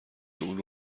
علوم